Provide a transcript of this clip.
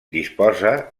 disposa